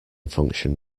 function